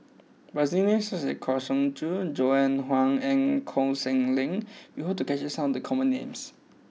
by using names such as Kang Siong Joo Joan Hon and Koh Seng Leong we hope to capture some of the common names